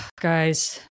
guys